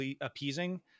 appeasing